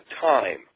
time